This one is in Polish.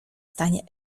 stanie